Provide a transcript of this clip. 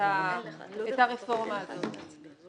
הרפורמה הזאת.